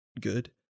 good